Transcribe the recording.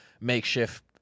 makeshift